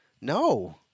no